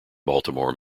baltimore